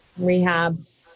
rehabs